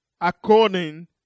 according